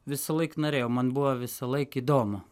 visąlaik norėjau man buvo visąlaik įdomu